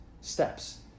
steps